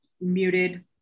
muted